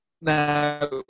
Now